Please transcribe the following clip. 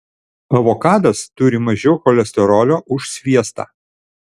avokadas turi mažiau cholesterolio už sviestą